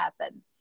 happen